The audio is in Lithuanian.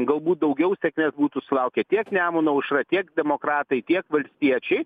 galbūt daugiau sėkmės būtų sulaukę tiek nemuno aušra tiek demokratai tiek valstiečiai